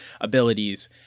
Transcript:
abilities